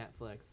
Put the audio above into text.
Netflix